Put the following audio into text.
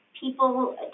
people